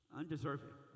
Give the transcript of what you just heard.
undeserving